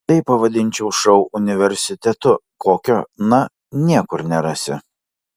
tai pavadinčiau šou universitetu kokio na niekur nerasi